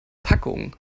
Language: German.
packung